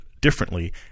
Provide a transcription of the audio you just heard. differently